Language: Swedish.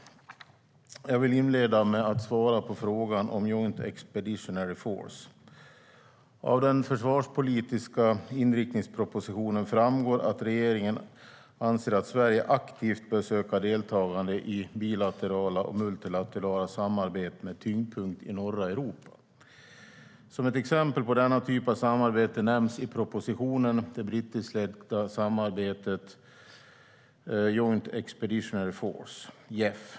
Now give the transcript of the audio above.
Jag vill inleda med att svara på frågan om Joint Expeditionary Force. Av den försvarspolitiska inriktningspropositionen framgår att regeringen anser att Sverige aktivt bör söka deltagande i bilaterala och multilaterala samarbeten med tyngdpunkt i norra Europa. Som ett exempel på denna typ av samarbete nämns i propositionen det brittiskledda samarbetet Joint Expeditionary Force, JEF.